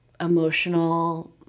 emotional